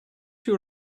you